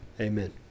Amen